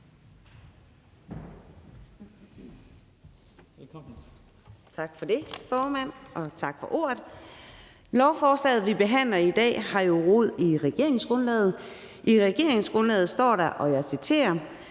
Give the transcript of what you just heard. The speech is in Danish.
Tak for det, formand, og tak for ordet. Lovforslaget, vi behandler i dag, har jo rod i regeringsgrundlaget. I regeringsgrundlaget står der, at regeringen